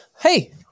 hey